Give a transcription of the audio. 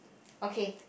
okay